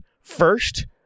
first